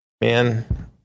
man